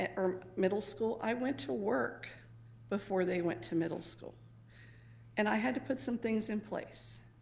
ah or middle school. i went to work before they went to middle school and i had to put some things in place.